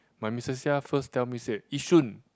but missus Ya first tell me said Yishun